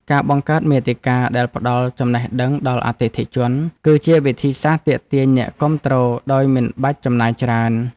ការបង្កើតមាតិកាដែលផ្ដល់ចំណេះដឹងដល់អតិថិជន គឺជាវិធីសាស្ត្រទាក់ទាញអ្នកគាំទ្រដោយមិនបាច់ចំណាយច្រើន។